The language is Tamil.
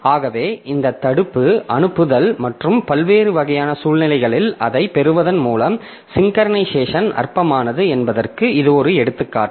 ஆகவே இந்த தடுப்பு அனுப்புதல் மற்றும் பல்வேறு வகையான சூழ்நிலைகளில் அதைப் பெறுவதன் மூலம் சிங்க்கரனைசேஷன் அற்பமானது என்பதற்கு இது ஒரு எடுத்துக்காட்டு